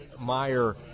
Meyer